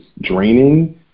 draining